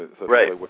Right